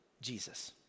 Jesus